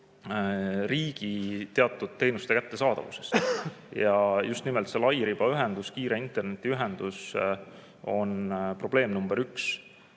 riigi teatud teenuste [nigel] kättesaadavus. Just nimelt see lairibaühendus, kiire internetiühendus on probleem number üks.